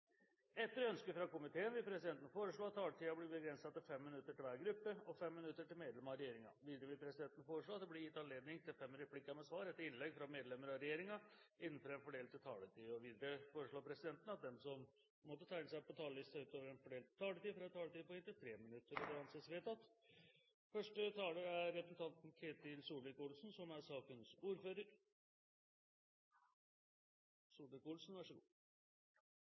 Etter ønske fra komiteen vil presidenten foreslå at taletiden blir begrenset til 5 minutter til hver gruppe og 5 minutter til medlem av regjeringen. Videre vil presidenten foreslå at det blir gitt anledning til fem replikker med svar etter innlegg fra medlemmer av regjeringen innenfor den fordelte taletid. Videre vil presidenten foreslå at de som måtte tegne seg på talerlisten utover den fordelte taletid, får en taletid på inntil 3 minutter. – Det anses vedtatt. Vi skal diskutere rammeområde 20 under finansadministrasjonen, der man ser på Finansdepartementet og statsbudsjettets 90-poster, og kapitlene som